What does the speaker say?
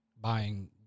buying